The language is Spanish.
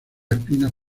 espinas